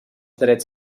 drets